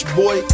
boy